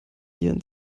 ihren